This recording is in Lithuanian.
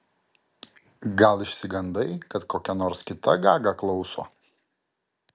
gal išsigandai kad kokia nors kita gaga klauso